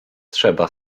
trzeba